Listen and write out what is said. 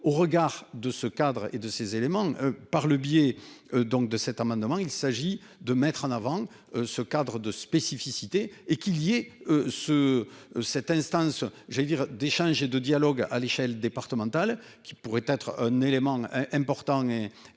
au regard de ce cadre et de ces éléments, par le biais donc de cet amendement. Il s'agit de mettre en avant ce cadre de spécificité et qu'il lui est ce cette instance j'allais dire d'échange et de dialogue à l'échelle départementale, qui pourrait être un élément important et et